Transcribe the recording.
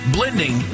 Blending